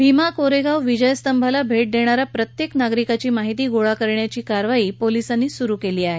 भीमा कोरेगाव विजय स्तंभाला भेट देणाऱ्या प्रत्येक नागरिकाची माहिती गोळा करण्याची प्रक्रिया पोलिसांनी सुरु केली आहे